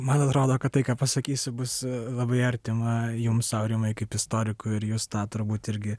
man atrodo kad tai ką pasakysiu bus labai artima jums aurimai kaip istorikui ir jūs tą turbūt irgi